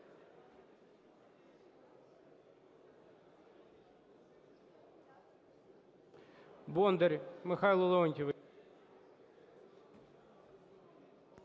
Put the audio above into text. Бондар Михайло Леонтійович.